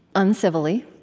uncivilly.